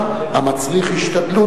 התכנון.